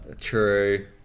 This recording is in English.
True